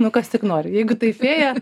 nu kas tik nori jeigu tai fėja